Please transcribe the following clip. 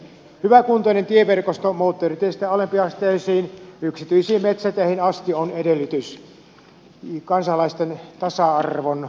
hyväkuntoinen tieverkosto moottoriteistä alempiasteisiin yksityisiin metsäteihin asti on edellytys kansalaisten tasa arvoiselle kohtelulle